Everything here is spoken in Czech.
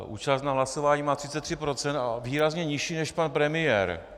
Účast na hlasování má 33 % a výrazně nižší než pan premiér.